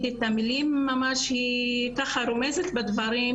את המילים והיא רומזת אותם בדברים,